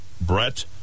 Brett